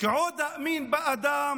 / כי עוד אאמין גם באדם,